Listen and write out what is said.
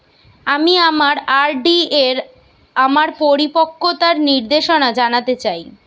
আমি আমার আর.ডি এর আমার পরিপক্কতার নির্দেশনা জানতে চাই